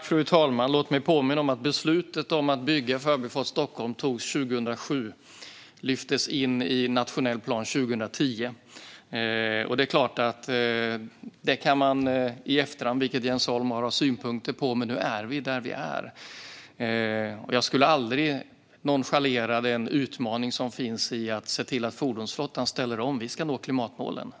Fru talman! Låt mig påminna om att beslutet att bygga Förbifart Stockholm togs 2007 och lyftes in i nationell plan 2010. Jens Holm kan ha synpunkter på detta i efterhand, men nu är vi där vi är. Jag skulle aldrig nonchalera den utmaning som finns i att se till att fordonsflottan ställer om. Vi ska nå klimatmålen.